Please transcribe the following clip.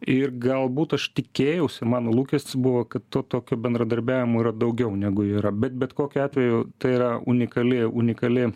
ir galbūt aš tikėjausi mano lūkestis buvo kad to tokio bendradarbiavimo yra daugiau negu yra bet bet kokiu atveju tai yra unikali unikali